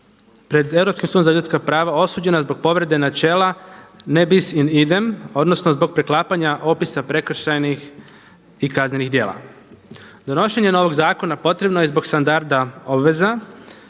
sudom za ljudska prava osuđena zbog povrede načela ne bis in idem odnosno zbog preklapanja opisa prekršajnih i kaznenih djela. Donošenje novog zakona potrebno je zbog standarda obveza